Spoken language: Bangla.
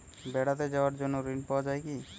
বেড়াতে যাওয়ার জন্য ঋণ পাওয়া যায় কি?